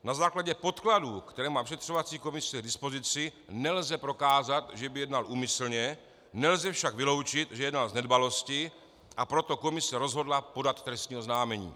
Na základě podkladů, které má vyšetřovací komise k dispozici, nelze prokázat, že by jednal úmyslně, nelze však vyloučit, že jednal z nedbalosti, a proto komise rozhodla podat trestní oznámení.